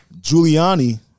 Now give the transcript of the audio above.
Giuliani